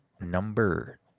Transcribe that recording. number